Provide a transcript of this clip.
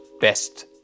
best